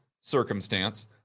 circumstance